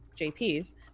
jps